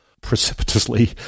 precipitously